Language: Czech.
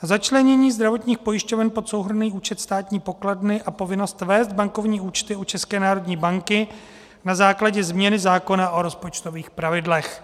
Začlenění zdravotních pojišťoven pod souhrnný účet státní pokladny a povinnost vést bankovní účty u České národní banky na základě změny zákona o rozpočtových pravidlech.